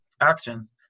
actions